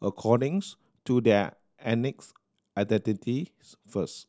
according to their identities first